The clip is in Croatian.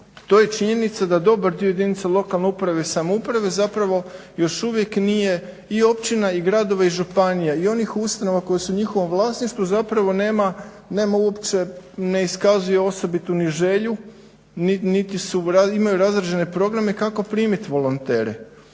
to je činjenica da dobar dio jedinica lokalne uprave i samouprave još uvijek nije i općina i gradovi i županija i onih ustanova koje su u njihovom vlasništvu nema uopće ne iskazuje osobitu ni želju niti imaju razrađene programe kako primiti volontere.